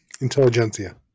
Intelligentsia